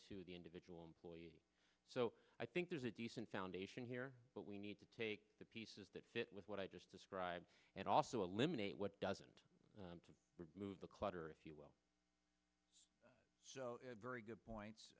to the individual employee so i think there's a decent foundation here but we need to take the pieces that fit with what i just described and also eliminate what doesn't move the clutter if you will very good points